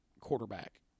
quarterback